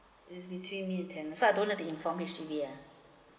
is between me and tenant so I don't have to inform H_D_B ah